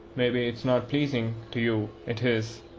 maybe it's not pleasing to you it is.